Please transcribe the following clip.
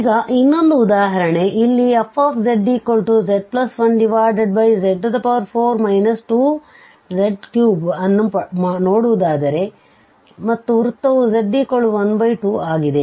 ಈಗ ಇನ್ನೊಂದು ಉದಾಹರಣೆ ಇಲ್ಲಿ fzz1z4 2z3ಅನ್ನು ನೋಡುವುದಾದರೆ ಮತ್ತು ವೃತ್ತವುz12ಆಗಿದೆ